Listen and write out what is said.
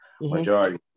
majority